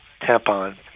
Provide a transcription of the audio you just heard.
tampon